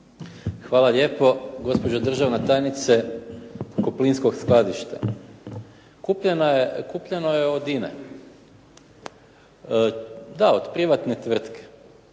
Hvala lijepo, gospođo državna tajnice. Oko plinskog skladišta, kupljeno je od INE da od privatne tvrtke